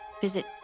visit